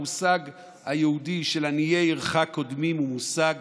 המושג היהודי של עניי עירך קודמים הוא מושג